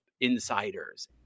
insiders